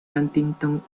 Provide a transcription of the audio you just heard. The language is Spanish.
huntington